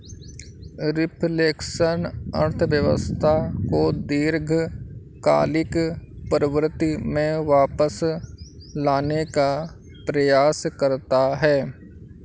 reflection अर्थव्यवस्था को दीर्घकालिक प्रवृत्ति में वापस लाने का प्रयास करता है